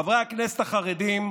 חברי הכנסת החרדים,